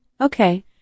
Okay